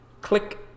Click